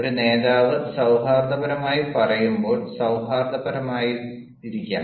ഒരു നേതാവ് സൌഹാർദ്ദപരമായി പറയുമ്പോൾ സൌഹാർദ്ദപരമായിരിക്കാം